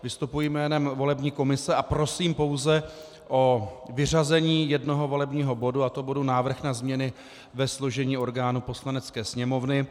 Vystupuji jménem volební komise a prosím pouze o vyřazení jednoho volebního bodu, a to bodu Návrh na změny ve složení orgánů Poslanecké sněmovny.